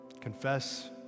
Confess